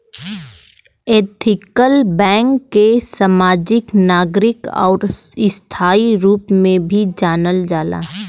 ethical bank के समाजिक, नागरिक आउर स्थायी रूप में भी जानल जाला